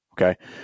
Okay